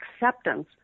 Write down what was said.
acceptance